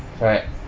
correct